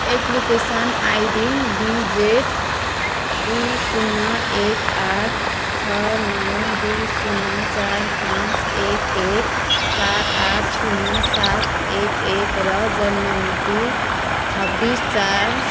application ID DZ दुई शून्य एक आठ छ नौ दुई शून्य चार पाँच एक एक चार आठ शून्य सात एक एक र जन्म मिति छब्बिस चार